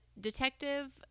detective